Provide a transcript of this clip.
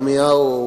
ירמיהו,